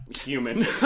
human